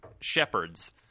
shepherds